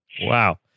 Wow